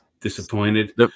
disappointed